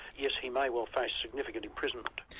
yes, he may well face significant imprisonment.